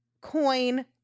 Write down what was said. coin